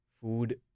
food